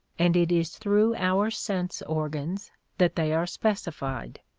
and it is through our sense organs that they are specified.